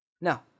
No